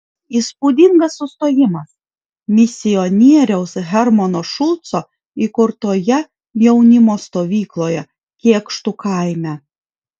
įspūdingas sustojimas misionieriaus hermano šulco įkurtoje jaunimo stovykloje kėkštų kaime